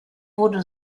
wurde